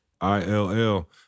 I-L-L